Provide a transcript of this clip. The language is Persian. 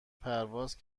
پرواز